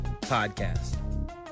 podcast